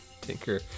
Tinker